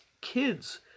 kids